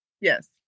Yes